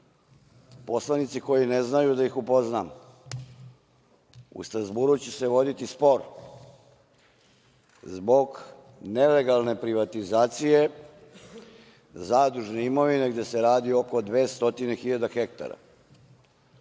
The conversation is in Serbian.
Poslanici koji ne znaju, da ih upoznam.U Strazburu će se voditi spor zbog nelegalne privatizacije zadružne imovine, gde se radi o oko 200 hiljada hektara.